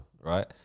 right